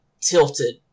tilted